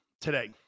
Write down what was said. today